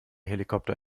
helikopter